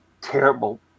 terrible